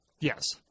Yes